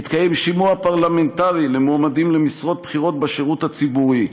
יתקיים שימוע פרלמנטרי למועמדים למשרות בכירות בשירות הציבורי,